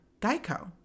Geico